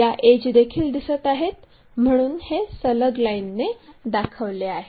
या एड्ज देखील दिसत आहेत म्हणून हे सलग लाईनने दाखवले आहे